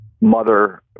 mother